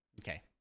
Okay